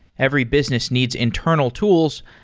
every business needs internal tools,